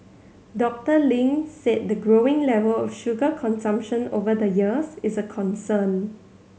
Doctor Ling said the growing level of sugar consumption over the years is a concern